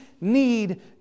need